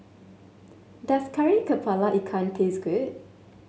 does Kari kepala Ikan taste good